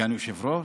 סגן יושב-ראש.